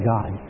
God